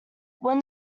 when